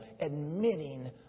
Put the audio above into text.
admitting